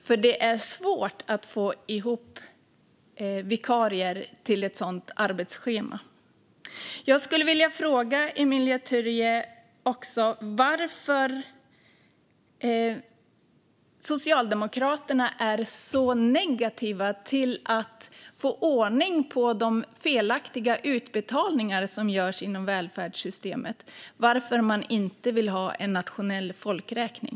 För det är svårt att få ihop vikarier till ett sådant arbetsschema. Jag skulle vilja fråga Emilia Töyrä varför Socialdemokraterna är så negativa till att få ordning på de felaktiga utbetalningar som görs inom välfärdssystemet och varför man inte vill ha en nationell folkräkning.